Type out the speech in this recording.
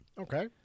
Okay